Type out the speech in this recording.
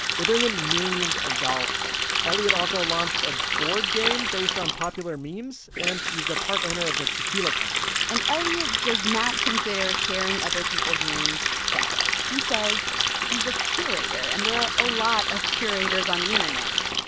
they bring in millions of dollars. elliot also launched a board game based on popular memes, and he is the part owner of a tequila company and elliot does not consider sharing other people's memes theft. he says he's a curator, and there are a lot of curators on the internet.